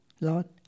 Lord